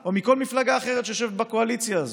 או מכל מפלגה אחרת שיושבת בקואליציה הזאת.